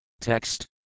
Text